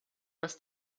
dass